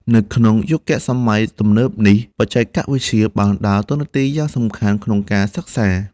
នៅក្នុងយុគសម័យទំនើបនេះ បច្ចេកវិទ្យាបានដើរតួនាទីយ៉ាងសំខាន់ក្នុងការសិក្សា។